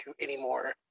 anymore